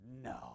No